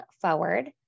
forward